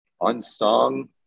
unsung